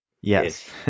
Yes